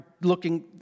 looking